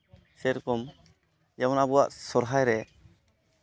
ᱥᱮᱭᱨᱚᱠᱚᱢ ᱡᱮᱢᱚᱱ ᱟᱵᱚᱣᱟᱜ ᱥᱚᱨᱦᱟᱭ ᱨᱮ